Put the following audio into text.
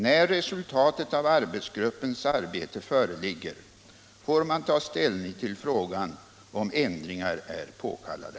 När resultatet av arbetsgruppens arbete föreligger får man ta ställning till frågan om ändringar är påkallade.